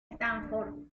stanford